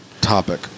topic